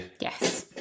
Yes